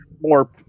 more